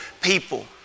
people